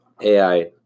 AI